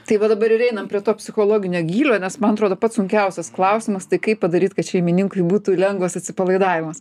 tai va dabar ir einam prie to psichologinio gylio nes man atrodo pats sunkiausias klausimas tai kaip padaryt kad šeimininkui būtų lengvas atsipalaidavimas